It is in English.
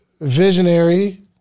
visionary